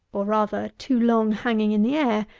or, rather, too long hanging in the air,